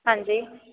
ਹਾਂਜੀ